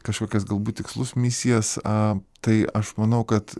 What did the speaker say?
kažkokias galbūt tikslus misijas a tai aš manau kad